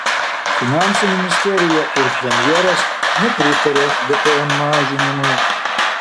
finansų ministerija ir premjeras nepritaria gpm mažinimui